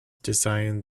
designed